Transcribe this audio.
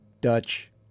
Dutch